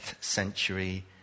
century